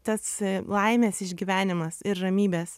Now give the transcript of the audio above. tas laimės išgyvenimas ir ramybės